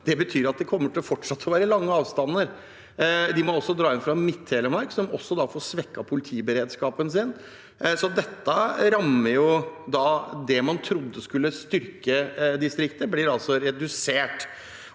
Det betyr at det fortsatt kommer til å være lange avstander. De må også dra inn fra Midt-Telemark, som da får svekket politiberedskapen sin. Så dette rammer – det man trodde skulle styrke distriktet, blir altså en reduksjon.